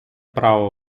право